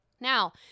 Now